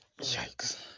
yikes